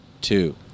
two